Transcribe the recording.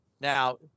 Now